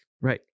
right